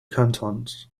cantons